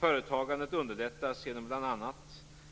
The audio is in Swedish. Företagandet underlättas genom bl.a.